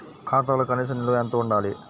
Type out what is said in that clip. ఖాతాలో కనీస నిల్వ ఎంత ఉండాలి?